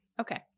okay